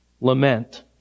Lament